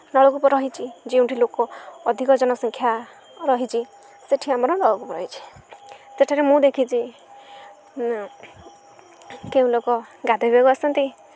ନଳକୂପ ରହିଛି ଯେଉଁଠି ଲୋକ ଅଧିକ ଜନ ସଂଖ୍ୟା ରହିଛି ସେଇଠି ଆମର ନଳକୂପ ରହିଛିି ସେଠାରେ ମୁଁ ଦେଖିଛି କେଉଁ ଲୋକ ଗାଧୋଇବାକୁ ଆସନ୍ତି